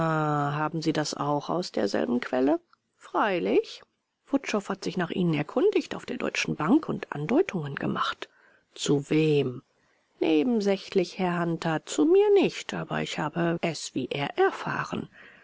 haben sie das auch aus derselben quelle freilich wutschow hat sich nach ihnen erkundigt auf der deutschen bank und andeutungen gemacht zu wem nebensächlich herr hunter zu mir nicht aber ich habe es wie er erfahren